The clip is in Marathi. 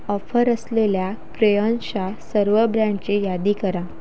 ऑफर असलेल्या क्रेयॉन्सशा सर्व ब्रँडची यादी करा